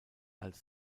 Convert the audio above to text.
als